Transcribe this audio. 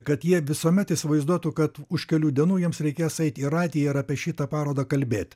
kad jie visuomet įsivaizduotų kad už kelių dienų jiems reikės eiti į radiją ir apie šitą parodą kalbėt